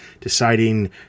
deciding